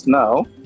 now